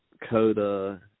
Coda